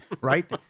right